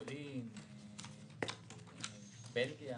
פולין, בלגיה.